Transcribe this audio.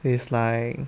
is like